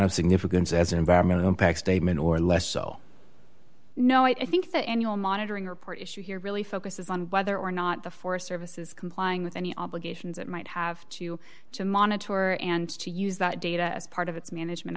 of significance as an environmental impact statement or less so no i think the annual monitoring report issue here really focuses on whether or not the forest service is complying with any obligations it might have to to monitor and to use that data as part of its management